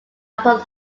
upon